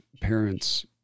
parents